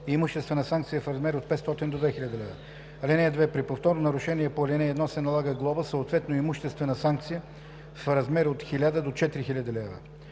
имуществена санкция в размер от 500 до 2000 лв. (2) При повторно нарушение по ал. 1 се налага глоба, съответно имуществена санкция в размер от 1000 до 4000 лв.“